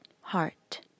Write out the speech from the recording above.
heart